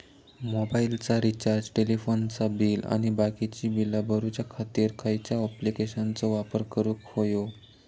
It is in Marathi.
मोबाईलाचा रिचार्ज टेलिफोनाचा बिल आणि बाकीची बिला भरूच्या खातीर खयच्या ॲप्लिकेशनाचो वापर करूक होयो?